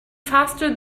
faster